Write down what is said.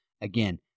Again